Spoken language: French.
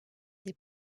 des